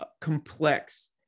complex